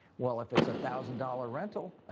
well, if it's a thousand dollar rental,